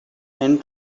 and